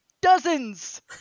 Dozens